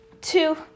two